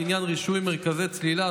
לעניין רישוי מרכזי צלילה,